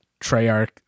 Treyarch